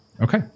Okay